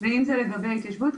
ואם זה לגבי התיישבות,